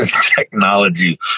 technology